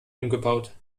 umgebaut